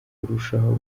urushaho